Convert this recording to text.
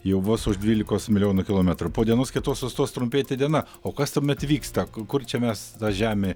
ji vos už dvylikos milijonų kilometrų po dienos kitos sustos trumpėti diena o kas tuomet vyksta kur čia mes ta žemė